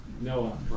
Noah